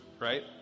right